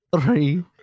Three